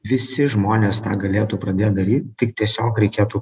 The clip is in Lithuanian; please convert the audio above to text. visi žmonės tą galėtų pradėt daryt tik tiesiog reikėtų